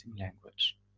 Language